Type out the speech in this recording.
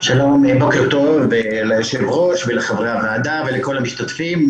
בוקר טוב ליו"ר, לחברי הוועדה ולכל המשתתפים.